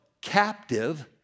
captive